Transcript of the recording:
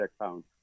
account